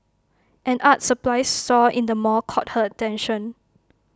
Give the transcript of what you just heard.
an art supplies store in the mall caught her attention